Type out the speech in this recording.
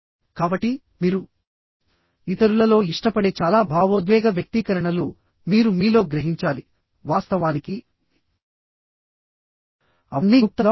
కాబట్టి మీరు ఇతరులలో ఇష్టపడే చాలా భావోద్వేగ వ్యక్తీకరణలుమీరు మీలో గ్రహించాలి వాస్తవానికి అవన్నీ గుప్తంగా ఉంటాయి